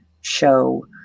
show